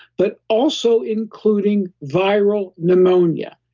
but also including viral pneumonia.